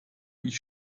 ich